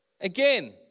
Again